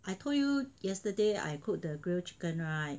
I told you yesterday I cook the grill chicken [right]